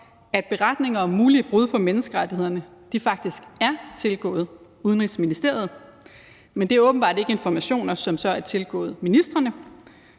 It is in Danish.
at beretninger om mulige brud på menneskerettighederne faktisk er tilgået Udenrigsministeriet. Men det er åbenbart ikke informationer, som er tilgået ministrene,